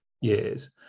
years